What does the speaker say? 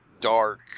dark